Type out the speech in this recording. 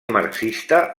marxista